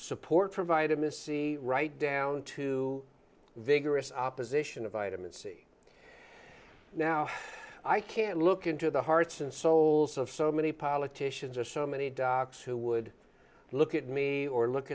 support for vitamin c right down to vigorous opposition of vitamin c now i can look into the hearts and souls of so many politicians are so many docs who would look at me or look